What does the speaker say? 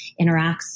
interacts